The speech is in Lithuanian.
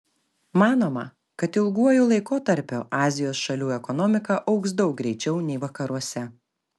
manoma kad ilguoju laikotarpiu azijos šalių ekonomika augs daug greičiau nei vakaruose